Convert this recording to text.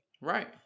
right